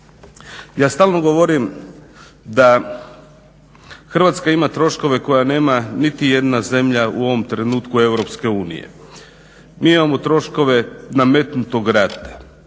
Ja stalno govorim da Hrvatska ima troškove koje nema niti jedna zemlja u ovom trenutku EU. Mi imamo troškove nametnutog rata,